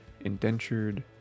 indentured